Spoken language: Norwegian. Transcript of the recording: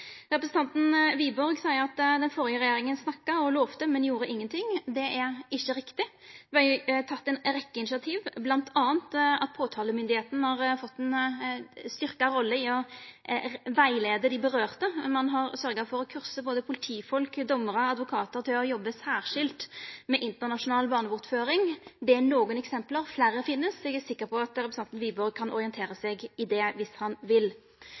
Representanten Wiborg seier at den førre regjeringa snakka og lovde, men ikkje gjorde nokon ting. Det er ikkje riktig. Det vart tatt ei rekkje initiativ, m.a. at påtalestyresmakta har fått ei styrkt rolle med å rettleia dei det gjeld. Ein har sørgt for å kursa både politifolk, dommarar og advokatar til å jobba særskilt med internasjonal barnebortføring. Det er nokre eksempel. Fleire finnast. Eg er sikker på at representanten Wiborg kan orientera seg i det viss han vil.